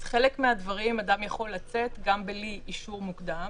לחלק מהדברים אדם יכול לצאת גם בלי אישור מוקדם.